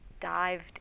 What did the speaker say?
dived